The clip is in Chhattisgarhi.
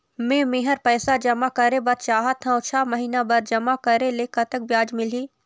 मे मेहर पैसा जमा करें बर चाहत हाव, छह महिना बर जमा करे ले कतक ब्याज मिलही?